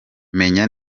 menya